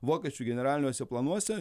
vokiečių generaliniuose planuose